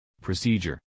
Procedure